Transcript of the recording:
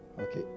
Okay